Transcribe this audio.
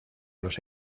los